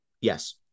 Yes